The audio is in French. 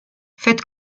fête